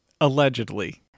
Allegedly